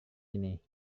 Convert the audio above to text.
ini